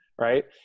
right